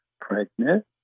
pregnant